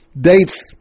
dates